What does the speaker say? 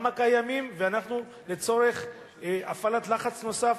גם הקיימים, ואנחנו, לצורך הפעלת לחץ נוסף,